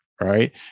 right